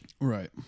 Right